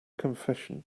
confession